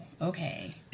okay